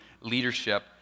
leadership